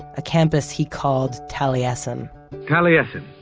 a campus he called taliesin taliesin,